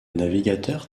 navigateur